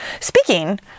Speaking